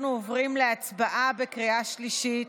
אנחנו עוברים להצבעה בקריאה שלישית.